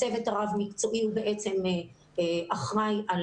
הצוות הרב מקצועי הוא בעצם אחראי על